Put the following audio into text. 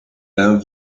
and